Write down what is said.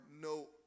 no